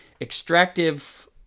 extractive –